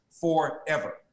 forever